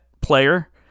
player